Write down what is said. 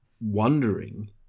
wondering